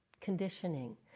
conditioning